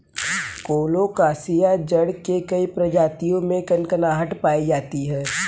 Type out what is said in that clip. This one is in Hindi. कोलोकासिआ जड़ के कई प्रजातियों में कनकनाहट पायी जाती है